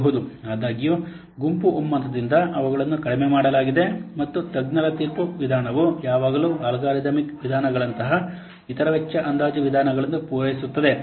ಆದಾಗ್ಯೂ ಗುಂಪು ಒಮ್ಮತದಿಂದ ಅವುಗಳನ್ನು ಕಡಿಮೆ ಮಾಡಲಾಗಿದೆ ಮತ್ತು ತಜ್ಞರ ತೀರ್ಪು ವಿಧಾನವು ಯಾವಾಗಲೂ ಅಲ್ಗಾರಿದಮಿಕ್ ವಿಧಾನಗಳಂತಹ ಇತರ ವೆಚ್ಚ ಅಂದಾಜು ವಿಧಾನಗಳನ್ನು ಪೂರೈಸುತ್ತದೆ